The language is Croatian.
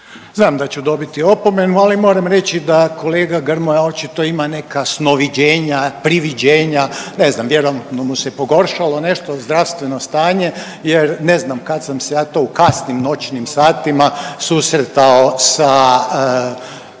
Znam da ću dobiti opomenu, ali moram reći da kolega Grmoja očito ima neka snoviđenja, priviđenja, ne znam, vjerojatno mu se pogoršalo nešto zdravstveno stanje jer ne znam kad sam se ja to u kasnim noćnim satima susretao sa